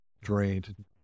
drained